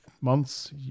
months